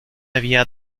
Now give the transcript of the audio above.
había